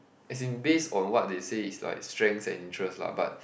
as in base on what they say is like strengths and interest lah but